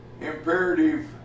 imperative